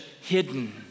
hidden